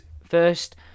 first